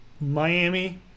Miami